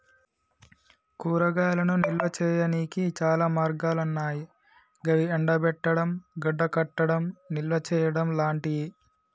కూరగాయలను నిల్వ చేయనీకి చాలా మార్గాలన్నాయి గవి ఎండబెట్టడం, గడ్డకట్టడం, నిల్వచేయడం లాంటియి